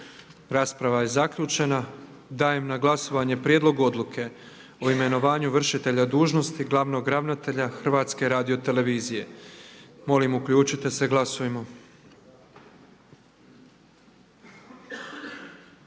Rasprava je zaključena. Dajem na glasovanje Prijedlog odluke o imenovanju vršitelja dužnosti glavnog ravnatelja Hrvatske radiotelevizije. Molim uključite se i glasujmo.